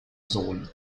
sohn